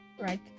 right